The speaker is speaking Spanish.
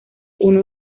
uno